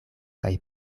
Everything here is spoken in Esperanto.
kaj